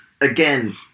again